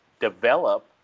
develop